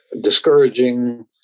discouraging